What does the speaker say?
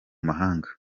mahanga